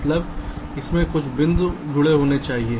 मतलब इसमें कुछ बिंदु जुड़े होने चाहिए